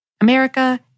America